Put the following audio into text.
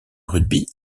rugby